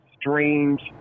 strange